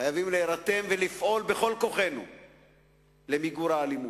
חייבים להירתם ולפעול בכל כוחנו למיגור האלימות.